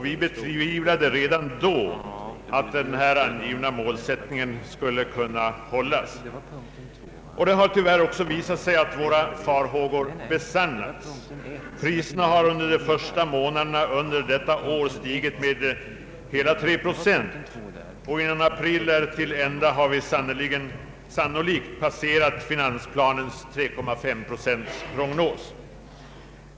Vi betvivlade redan då att den angivna målsättningen skulle kunna hållas. Det har tyvärr också visat sig att våra farhågor besannats, Priserna har under de första månaderna detta år stigit med hela tre procent, och när mars-siffrorna har redovisats kommer det sannolikt att visa sig att vi passerat finansplanens <3,5-procentsprognos.